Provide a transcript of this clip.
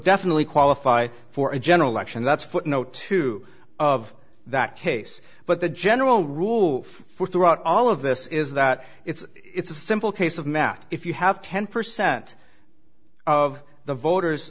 definitely qualify for a general election that's footnote two of that case but the general rule for throughout all of this is that it's a simple case of math if you have ten percent of the voters